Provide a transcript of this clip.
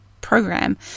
program